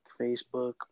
Facebook